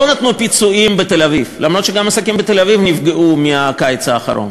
לא נתנו פיצויים בתל-אביב אף שגם עסקים בתל-אביב נפגעו בקיץ האחרון,